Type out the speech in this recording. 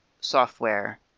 software